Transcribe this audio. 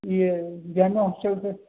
یہ جامعہ ہوسٹل سے